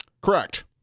Correct